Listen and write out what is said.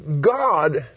God